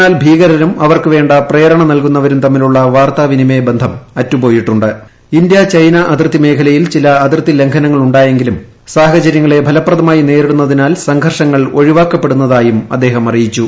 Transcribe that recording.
എന്നാൽ ഭീകരരൂര് നൽകുന്നവരും തമ്മിലൂള്ള വാർത്താവിനിമയ ബന്ധം വേർപെട്ടുപോയിട്ടുണ്ട് ഇന്ത്യ ചൈന അതിർത്തി മേഖലയിൽ ചില അതിർത്തി ലംഘ്നങ്ങൾ ഉണ്ടായെങ്കിലും സാഹചര്യങ്ങളെ ഫലപ്രദമായി നേരിടുന്നതിനാൽ സംഘർഷങ്ങൾ ഒഴിവാക്കപ്പെടുന്നതായും അദ്ദേഹം അറിയിച്ചു